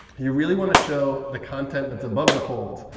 you really want to show the content that's above the fold,